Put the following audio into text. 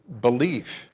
belief